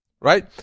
right